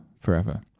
forever